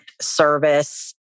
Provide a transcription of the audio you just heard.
service